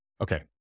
Okay